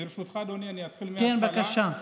ברשותך, אדוני, אני אתחיל מהתחלה, כן, בבקשה.